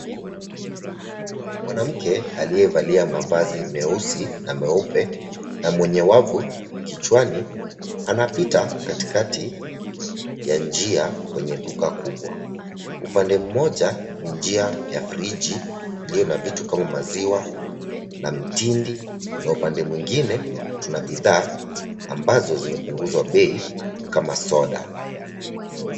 Mwanamke aliyevalia mavazi meusi na meupe na mwenye wavu kichwani, anapita katikati ya njia yenye duka kubwa. Upande mmoja ni njia ya friji iliyo na vitu kama maziwa na mtindi. Na upande mwingine tuna bidhaa ambazo zimepunguzwa bei kama soda.